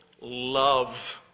love